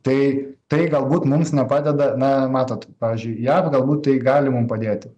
tai tai galbūt mums nepadeda na matot pavyzdžiui jav galbūt tai gali mum padėti